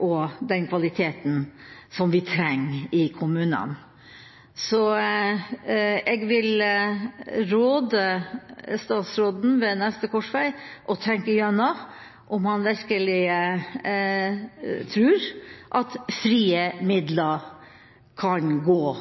og den kvaliteten som vi trenger i kommunene. Så jeg vil råde statsråden til ved neste korsvei å tenke gjennom om han virkelig tror at frie midler kan gå